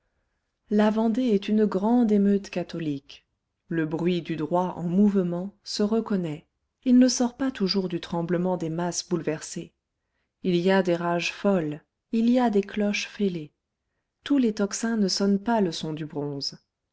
la vendée est une grande émeute catholique le bruit du droit en mouvement se reconnaît il ne sort pas toujours du tremblement des masses bouleversées il y a des rages folles il y a des cloches fêlées tous les tocsins ne sonnent pas le son du bronze